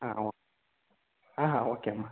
ಹಾಂ ಓಕ್ ಹಾಂ ಹಾಂ ಓಕೆ ಅಮ್ಮ